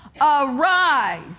Arise